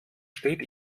steht